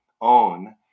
own